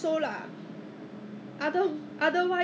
他就是 very traditional shop lah 这种这种传统的 then